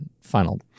final